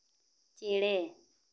ᱪᱮᱬᱮ